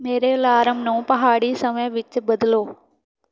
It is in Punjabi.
ਮੇਰੇ ਅਲਾਰਮ ਨੂੰ ਪਹਾੜੀ ਸਮੇਂ ਵਿੱਚ ਬਦਲੋ